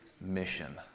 mission